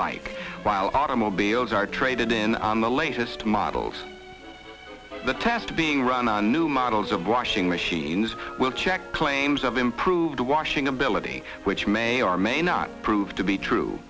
like bio automobiles are traded in the latest models the test being run on new models of washing machines will check claims of improved washing ability which may or may not prove to be true